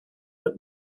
but